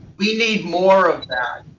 we need more of that.